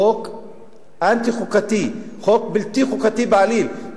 חוק אנטי-חוקתי, חוק בלתי חוקתי בעליל.